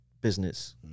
business